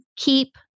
keep